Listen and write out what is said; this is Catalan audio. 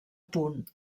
punt